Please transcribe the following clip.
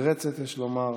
36 משרדים, תאר לך,